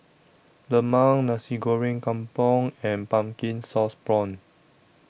Lemang Nasi Goreng Kampung and Pumpkin Sauce Prawns